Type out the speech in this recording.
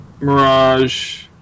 Mirage